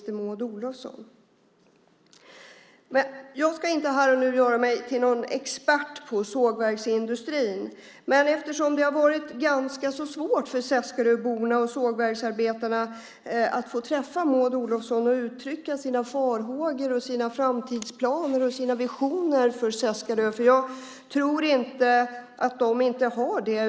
Jag ska inte här och nu göra mig till expert på sågverksindustrin, men det har varit ganska svårt för Seskaröborna och sågverksarbetarna att få träffa Maud Olofsson och uttrycka sina farhågor, sina framtidsplaner och sina visioner för Seskarö. Jag tror inte att de inte har det.